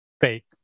Fake